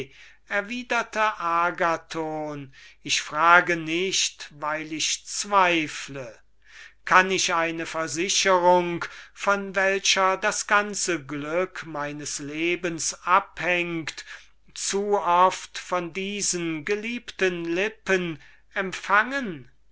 agathon ich frage nicht weil ich zweifle kann ich eine versichrung von welcher das ganze glück meines lebens abhängt zu oft von diesen geliebten lippen empfangen